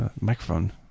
Microphone